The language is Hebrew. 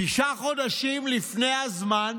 שישה חודשים לפני הזמן,